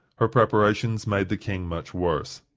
her prescriptions made the king much worse.